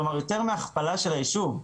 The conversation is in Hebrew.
כלומר יותר מהכפלה של הישוב.